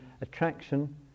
attraction